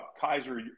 Kaiser